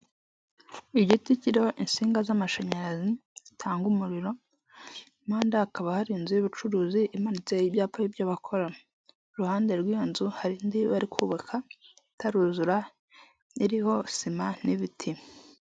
Igiti kiriho insinga z'amashanyarazi zitanga umuriro, impande hakaba hari inzu y'ubucuruzi imanitseho ibyapa by'ibyo bakora, iruhande rw'iyo nzu hari indi bari kubaka itaruzura iriho sima n'ibiti.